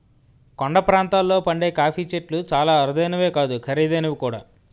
కొండ ప్రాంతాల్లో పండే కాఫీ చెట్లు చాలా అరుదైనవే కాదు ఖరీదైనవి కూడా